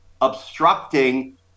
obstructing